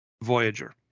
Voyager